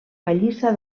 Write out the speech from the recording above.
pallissa